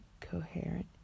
coherent